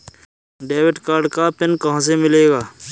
Debit card का PIN कहां से मिलेगा?